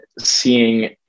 seeing